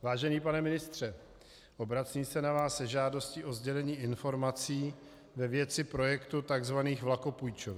Vážený pane ministře, obracím se na vás se žádostí o sdělení informací ve věci projektu takzvaných vlakopůjčoven.